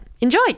Enjoy